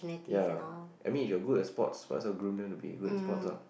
ya I mean if you are good in sports must as well groom them to be good in sports ah